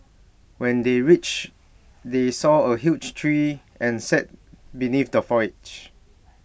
when they reached they saw A huge tree and sat beneath the foliage